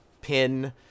pin